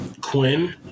Quinn